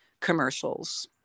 commercials